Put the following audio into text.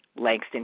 Langston